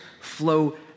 flow